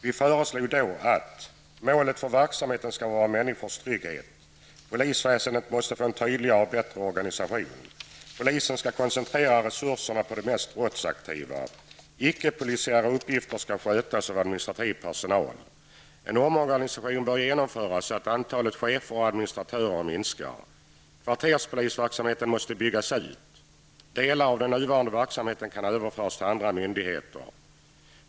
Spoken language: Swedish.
Vi föreslog att målet för verksamheten skall vara människors trygghet. Polisväsendet måste få en tydligare och bättre organisation. Polisen skall koncentrera resurserna på de mest brottsaktiva. Icke polisiära uppgifter skall skötas av en administrativ personal. En omorganisation bör genomföras så att antalet chefer och administörer minskar. Kvarterspolisverksamhet måste byggas ut. Delar av den nuvarande verksamheten kan överföra till andra myndigheter.